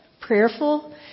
prayerful